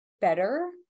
better